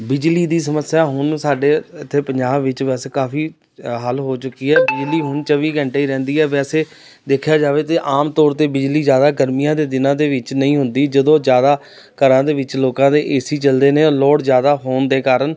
ਬਿਜਲੀ ਦੀ ਸਮੱਸਿਆ ਹੁਣ ਸਾਡੇ ਇੱਥੇ ਪੰਜਾਬ ਵਿੱਚ ਬਸ ਕਾਫੀ ਹੱਲ ਹੋ ਚੁੱਕੀ ਹੈ ਬਿਜਲੀ ਹੁਣ ਚੌਵੀ ਘੰਟੇ ਹੀ ਰਹਿੰਦੀ ਹੈ ਵੈਸੇ ਦੇਖਿਆ ਜਾਵੇ ਤਾਂ ਆਮ ਤੌਰ 'ਤੇ ਬਿਜਲੀ ਜਿਆਦਾ ਗਰਮੀਆਂ ਦੇ ਦਿਨਾਂ ਦੇ ਵਿੱਚ ਨਹੀਂ ਹੁੰਦੀ ਜਦੋਂ ਜ਼ਿਆਦਾ ਘਰਾਂ ਦੇ ਵਿੱਚ ਲੋਕਾਂ ਦੇ ਏ ਸੀ ਚਲਦੇ ਨੇ ਔਰ ਲੋਡ ਜ਼ਿਆਦਾ ਹੋਣ ਦੇ ਕਾਰਨ